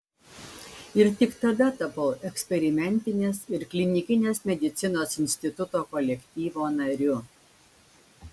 ir tik tada tapau eksperimentinės ir klinikinės medicinos instituto kolektyvo nariu